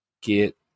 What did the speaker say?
get